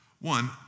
One